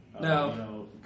No